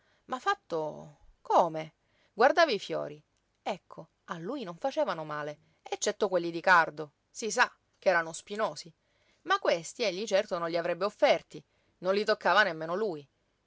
ma fatto come guardava i fiori ecco a lui non facevano male eccetto quelli di cardo si sa ch'erano spinosi ma questi egli certo non li avrebbe offerti non li toccava nemmeno lui